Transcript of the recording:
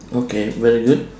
okay very good